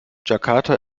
jakarta